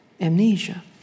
amnesia